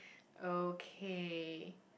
okay